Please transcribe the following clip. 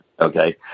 okay